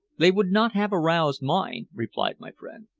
they would not have aroused mine, replied my friend.